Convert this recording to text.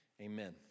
Amen